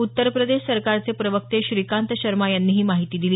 उत्तर प्रदेश सरकारचे प्रवक्ते श्रीकांत शर्मा यांनी ही माहिती दिली